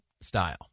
style